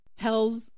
tells